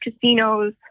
casinos